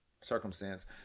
circumstance